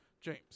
James